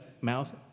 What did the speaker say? mouth